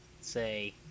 say